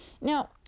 Now